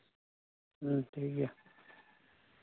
ᱦᱮᱸ ᱴᱷᱤᱠ ᱜᱮᱭᱟ